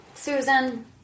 Susan